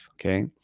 okay